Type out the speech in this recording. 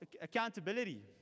accountability